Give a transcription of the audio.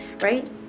right